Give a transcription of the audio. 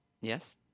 Yes